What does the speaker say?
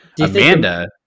Amanda